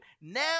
now